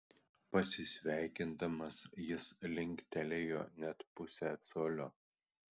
pasisveikindamas jis linktelėjo net pusę colio